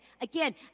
Again